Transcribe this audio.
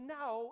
now